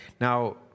Now